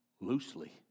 loosely